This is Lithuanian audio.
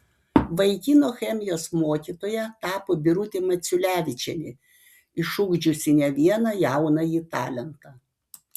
vaikino chemijos mokytoja tapo birutė maciulevičienė išugdžiusi ne vieną jaunąjį talentą